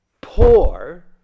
poor